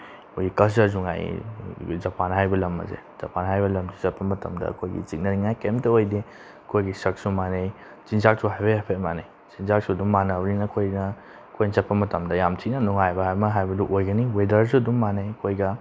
ꯑꯩꯈꯣꯏꯒꯤ ꯀꯜꯆꯔꯁꯨ ꯉꯥꯏꯔꯦ ꯖꯄꯥꯟ ꯍꯥꯏꯔꯤꯕ ꯂꯝ ꯑꯁꯦ ꯖꯄꯥꯟ ꯍꯥꯏꯔꯤꯕ ꯂꯝꯁꯦ ꯆꯠꯄ ꯃꯇꯝꯗ ꯑꯩꯈꯣꯏꯒꯤ ꯆꯤꯡꯅꯅꯤꯡꯉꯥꯏ ꯀꯩꯝꯇ ꯑꯣꯏꯗꯦ ꯑꯩꯈꯣꯏꯒꯤ ꯁꯛꯁꯨ ꯃꯥꯟꯅꯩ ꯆꯤꯟꯖꯥꯛꯁꯨ ꯍꯥꯏꯐꯦꯠ ꯍꯥꯏꯐꯦꯠ ꯃꯥꯟꯅꯩ ꯆꯤꯟꯖꯥꯛꯁꯨ ꯑꯗꯨꯝ ꯃꯥꯟꯅꯕꯅꯤꯅ ꯑꯩꯈꯣꯏꯅ ꯑꯩꯈꯣꯏꯅ ꯆꯠꯄ ꯃꯇꯝꯗ ꯌꯥꯝ ꯊꯤꯅ ꯅꯨꯡꯉꯥꯏꯕ ꯑꯃ ꯍꯥꯏꯕꯗꯨ ꯑꯣꯏꯒꯅꯤ ꯋꯦꯗꯔꯁꯨ ꯑꯗꯨꯝ ꯃꯥꯟꯅꯩ ꯑꯩꯈꯣꯏꯒ